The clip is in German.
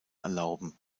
erlauben